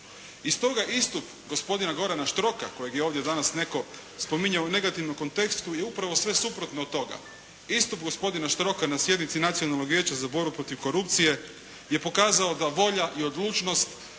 I stoga istup gospodina Gorana Štroka kojega je ovdje danas netko spominjao u negativnom kontekstu je upravo sve suprotno od toga. Istup gospodina Štroka na sjednici Nacionalnog vijeća za borbu protiv korupcije je pokazao da volja i odlučnost